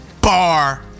Bar